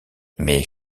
mais